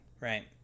right